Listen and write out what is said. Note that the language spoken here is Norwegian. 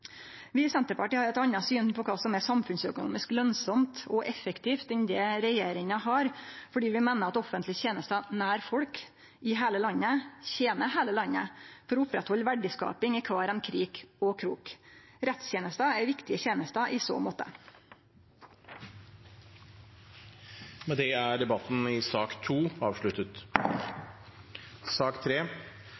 Vi i Senterpartiet har eit anna syn på kva som er samfunnsøkonomisk lønsamt og effektivt, enn det regjeringa har. Vi meiner at offentlege tenester nær folk i heile landet tener heile landet for å oppretthalde verdiskaping i kvar ein krik og krok. Rettstenester er viktige tenester i så måte. Flere har ikke bedt om ordet til sak